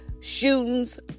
shootings